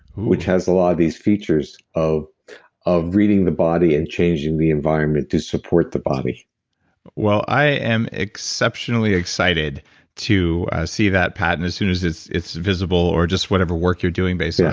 which has a lot of these features of of reading the body and changing the environment to support the body i am exceptionally excited to see that patent as soon as it's it's visible, or just whatever work you're doing based yeah